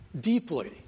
deeply